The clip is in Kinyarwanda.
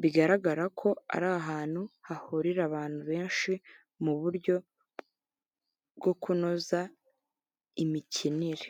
bigaragara ko ari ahantu hahurira abantu benshi mu buryo bwo kunoza imikinire.